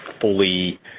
fully